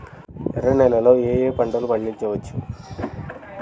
ఎర్ర నేలలలో ఏయే పంటలు పండించవచ్చు?